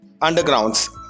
undergrounds